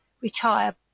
retire